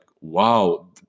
wow